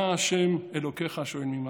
מה ה' אלוקיך שואל מעימך?